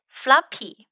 floppy